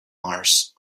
mars